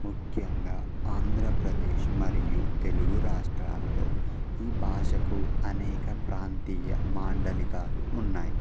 ముఖ్యంగా ఆంధ్రప్రదేశ్ మరియు తెలుగు రాష్ట్రాలలో ఈ భాషకు అనేక ప్రాంతీయ మాండలికాలు ఉన్నాయి